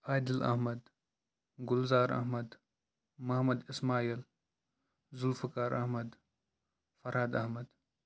Adil Ahmad Gulzar Ahmad Mohammad Ismail Zulfikar Ahmad Farhad Ahmad